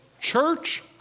church